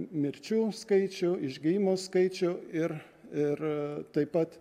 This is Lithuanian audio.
mirčių skaičių išgijimo skaičių ir ir taip pat